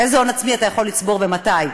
איזה הון עצמי אתה יכול לצבור, ומתי?